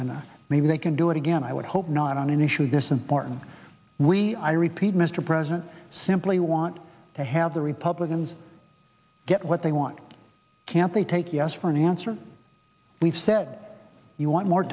and maybe they can do it again i would hope not on an issue this important we i repeat mr president simply want to have the republicans get what they want can't they take yes for an answer we've said you want more